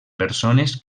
persones